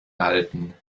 halten